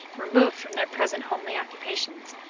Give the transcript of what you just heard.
removed from their present homely occupations,